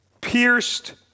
pierced